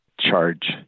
charge